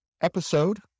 episode